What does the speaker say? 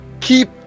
keep